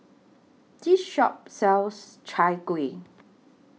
This Shop sells Chai Kuih